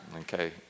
Okay